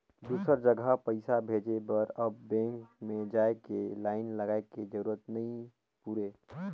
दुसर जघा पइसा भेजे बर अब बेंक में जाए के लाईन लगाए के जरूरत नइ पुरे